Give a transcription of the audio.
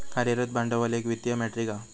कार्यरत भांडवल एक वित्तीय मेट्रीक हा